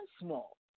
small